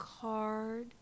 card